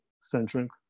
centric